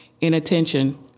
inattention